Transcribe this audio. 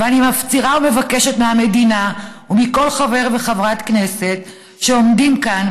ואני מפצירה ומבקשת מהמדינה ומכל חבר וחברת כנסת שעומדים כאן,